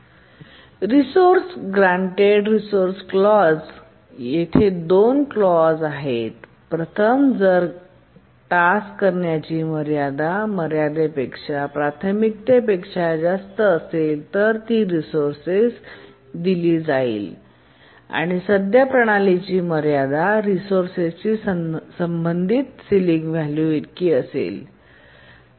resource resource granted resource clause Granted resource clause येथे दोन clause clause आहेत प्रथम जर जर टास्क करण्याची मर्यादा मर्यादेच्या प्राथमिकतेपेक्षा जास्त असेल तर ती रिसोर्सेस स दिली जाईल आणि सद्य प्रणालीची मर्यादा रिसोर्सेस शी संबंधित सिलिंग व्हॅल्यू इतकी असेल